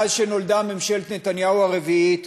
מאז נולדה ממשלת נתניהו הרביעית,